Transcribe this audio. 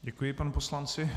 Děkuji panu poslanci.